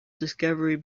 discovery